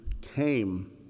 came